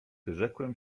wyrzekłem